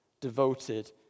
devoted